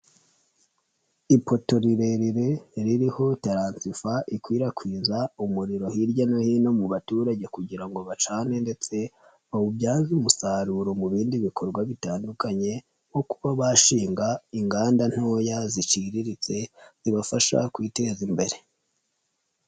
Ipoto rirerire ririho taransifa ikwirakwiza umuriro hirya no hino mu baturage kugira ngo bacane ndetse bawubyaze umusaruro mu bindi bikorwa bitandukanye nko kuba bashinga inganda ntoya ziciriritse zibafasha kwiteza imbere.